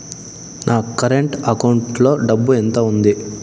నా current account లో డబ్బులు ఎంత ఉంది?